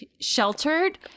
sheltered